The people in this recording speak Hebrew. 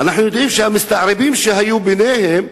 אנחנו יודעים שהמסתערבים שהיו ביניהם,